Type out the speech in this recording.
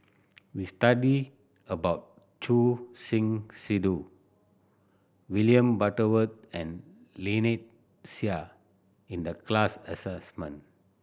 we study about Choor Singh Sidhu William Butterworth and Lynnette Seah in the class assignment